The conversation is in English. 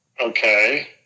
Okay